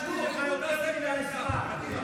קדימה,